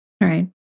Right